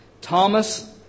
Thomas